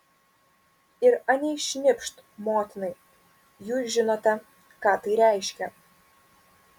ir anei šnipšt motinai jūs žinote ką tai reiškia